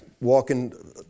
walking